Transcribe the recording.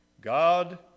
God